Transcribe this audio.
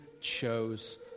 chose